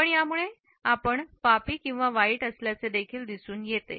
पण यामुळे आपण पापी किंवा वाईट असल्याचे दिसून येईल